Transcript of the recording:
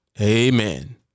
Amen